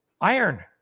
iron